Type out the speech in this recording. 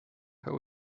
who